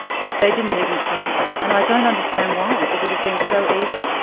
but they didn't even try. and i don't understand why. it would have been so easy.